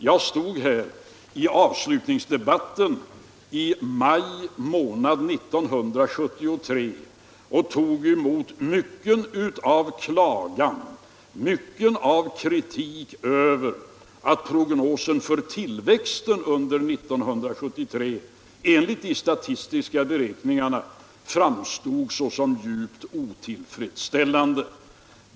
Jag stod här i avslutningsdebatten i maj 1973 och tog emot en myckenhet av klagan och en myckenhet av kritik över att prognosen för tillväxten under 1972 enligt de statistiska beräkningarna framstod såsom djupt otillfredsställande.